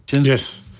Yes